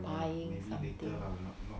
buying something